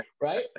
right